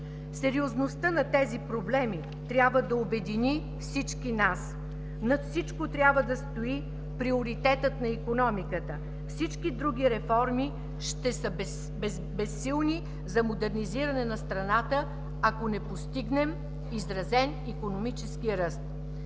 Сериозността на тези проблеми трябва да обедини всички нас. Над всичко трябва да стои приоритетът на икономиката. Всички други реформи ще са безсилни за модернизиране на страната, ако не постигнем изразен икономически ръст.